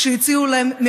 כשהציעו להם,